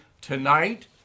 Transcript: tonight